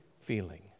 feeling